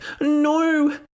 no